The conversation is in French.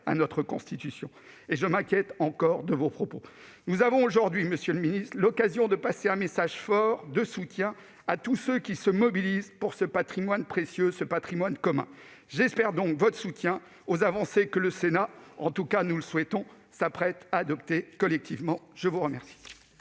à notre Constitution. Je m'inquiète encore de vos propos. Monsieur le ministre, nous avons aujourd'hui l'occasion de faire passer un message fort de soutien à tous ceux qui se mobilisent pour ce patrimoine précieux, ce patrimoine commun. J'espère donc votre soutien aux avancées que le Sénat- en tout cas, nous le souhaitons -s'apprête à adopter collectivement. La parole